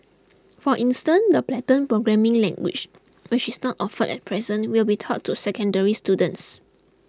for instance the Python programming language which is not offered at present will be taught to secondary students